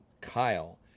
Kyle